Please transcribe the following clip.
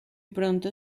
pronto